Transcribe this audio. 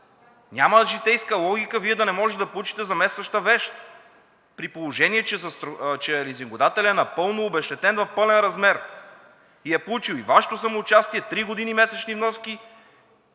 Няма житейска логика Вие да не можете да получите заместваща вещ, при положение че лизингодателят е напълно обезщетен в пълен размер. Получил е и Вашето самоучастие – три години месечни вноски,